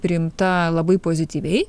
priimta labai pozityviai